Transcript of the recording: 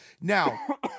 Now